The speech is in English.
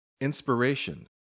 Inspiration